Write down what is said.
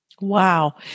Wow